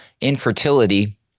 Infertility